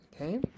Okay